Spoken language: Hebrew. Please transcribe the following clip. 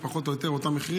פחות או יותר אותם מחירים,